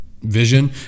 vision